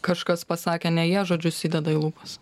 kažkas pasakė ne jie žodžius įdeda į lūpas